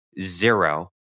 zero